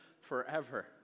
forever